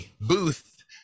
booth